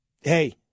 Hey